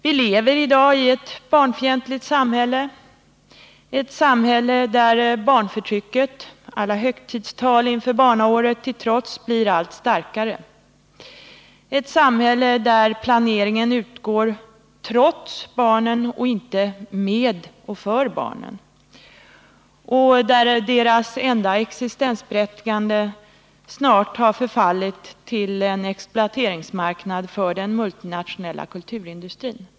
Vi lever i dag i ett barnfientligt samhälle — ett samhälle där barnförtrycket, alla högtidstal inför barnåret till trots, blir allt starkare, ett samhälle där planeringen utförs trots barnen, inte med och för barnen och där deras enda existensberättigande snart har förfallit till en exploateringsmarknad för den multinationella kulturindustrin.